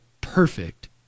perfect